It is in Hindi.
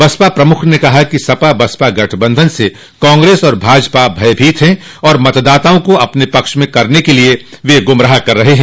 बसपा प्रमुख ने कहा कि सपा बसपा गठबंधन से कांग्रेस और भाजपा भयभीत है और मतदाताओं को अपने पक्ष में करने के लिये गूमराह कर रही है